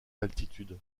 d’altitude